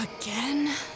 again